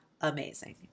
amazing